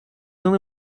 only